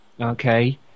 okay